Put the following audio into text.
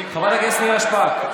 חברת הכנסת נירה שפק,